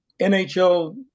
NHL